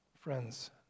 Friends